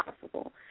possible